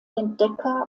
entdecker